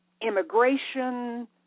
immigration